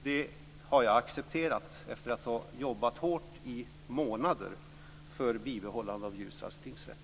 Det har jag accepterat efter att ha jobbat hårt i månader för bibehållande av Ljusdals tingsrätt.